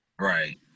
Right